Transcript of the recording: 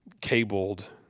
cabled